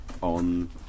on